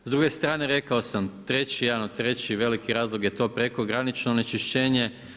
S druge strane, rekao sam jedan od treći i veliki razlog je to prekogranično onečišćenje.